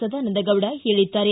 ಸದಾನಂದಗೌಡ ಹೇಳಿದ್ದಾರೆ